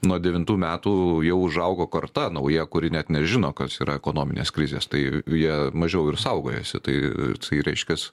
nuo devintų metų jau užaugo karta nauja kuri net nežino kas yra ekonominės krizės tai jie mažiau ir saugojasi tai tai reiškias